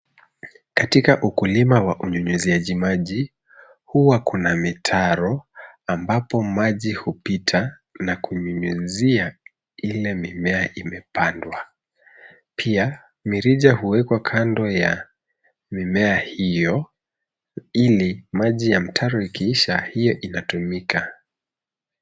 Katika ukulima wa unyunyuziaji maji, huwa kuna mitaro ambapo maji hupita na kunyunyuzia ile mimea imepandwa. Pia, mirija huwekwa kando ya mimea hiyo ili maji ya mtaro ikiisha, hiyo inatumika.